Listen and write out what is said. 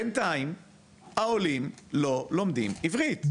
בינתיים העולים לא לומדים עברית.